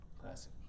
Classic